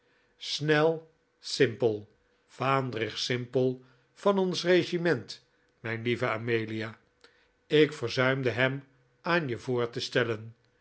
snel simple vaandrig simple van ons regiment mijn lieve amelia ik verzuimde hem aan je voor te stellen